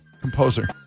Composer